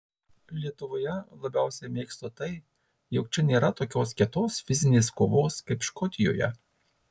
lietuvoje labiausiai mėgstu tai jog čia nėra tokios kietos fizinės kovos kaip škotijoje